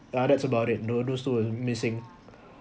yeah that's about it tho~ those two were missing